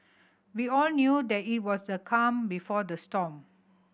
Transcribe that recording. we all knew that it was the calm before the storm